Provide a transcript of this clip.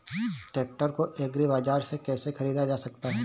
Tractor को agri बाजार से कैसे ख़रीदा जा सकता हैं?